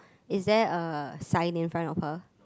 is there a sign in front of her